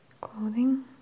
clothing